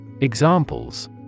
Examples